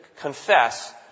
confess